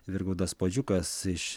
virgaudas puodžiukas iš